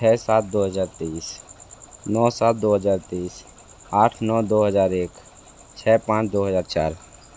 छः सात दो हज़ार तेइस नौ सात दो हज़ार तेइस आठ नौ दो हज़ार एक छः पाँच दो हज़ार चार